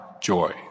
joy